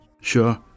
Sure